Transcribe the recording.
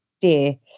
dear